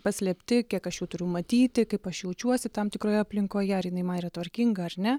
paslėpti kiek aš jų turiu matyti kaip aš jaučiuosi tam tikroje aplinkoje ar jinai man yra tvarkinga ar ne